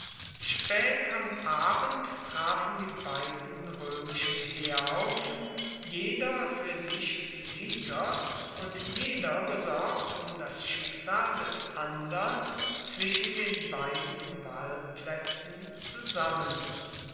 spät am abend trafen die beiden römischen heerhaufen jeder für sich sieger und jeder besorgt um das schicksal des andern zwischen den beiden walplätzen zusammen